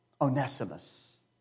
Onesimus